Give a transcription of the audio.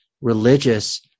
religious